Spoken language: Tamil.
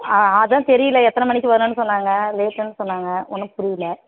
ஆ அதான் தெரியல எத்தனை மணிக்கு வருன்னு சொன்னாங்க லேட்டுன்னு சொன்னாங்க ஒன்றும் புரியல